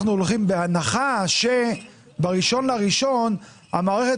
אנחנו הולכים בהנחה שב-1 בינואר המערכת